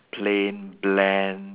plain bland